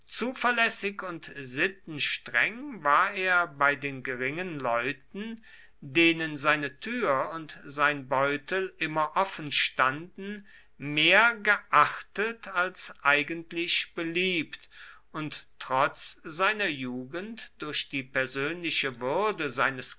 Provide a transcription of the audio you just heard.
zuverlässig und sittenstreng war er bei den geringen leuten denen seine tür und sein beutel immer offenstanden mehr geachtet als eigentlich beliebt und trotz seiner jugend durch die persönliche würde seines